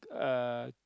uh